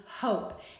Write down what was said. hope